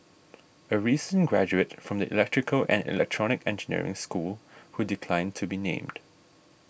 a recent graduate from the electrical and electronic engineering school who declined to be named